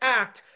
act